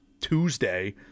Tuesday